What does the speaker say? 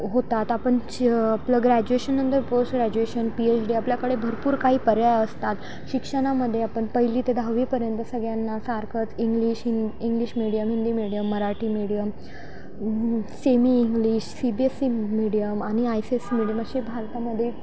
होतात आपणच आपलं ग्रॅज्युएशननंतर post graduation P H D आपल्याकडे भरपूर काही पर्याय असतात शिक्षणामध्ये आपण पहिली ते दहावीपर्यंत सगळ्यांना सारखंच इंग्लिश हि English medium Hindi medium Marathi medium semi English C B S C medium आणि I C S C medium असे भारतामध्ये